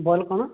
bulb କ'ଣ